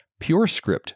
PureScript